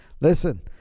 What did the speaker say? Listen